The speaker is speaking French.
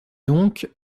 donc